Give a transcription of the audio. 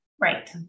Right